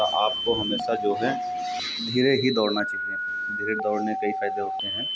आपको हमेशा जो है धीरे ही दौड़ना चाहिए धीरे दौड़ने कई फ़ायदे होते हैं